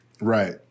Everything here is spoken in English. Right